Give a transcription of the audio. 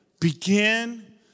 begin